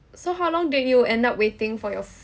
so how long did you end up waiting for your